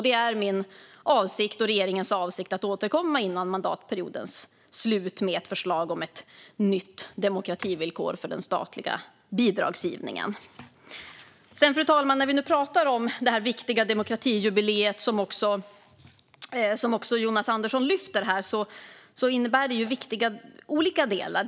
Det är min och regeringens avsikt att återkomma innan mandatperiodens slut med ett förslag om ett nytt demokrativillkor för den statliga bidragsgivningen. Fru talman! Det viktiga demokratijubileet, som Jonas Andersson lyfter fram, innefattar olika viktiga delar.